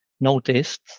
noticed